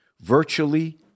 Virtually